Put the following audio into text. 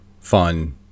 fun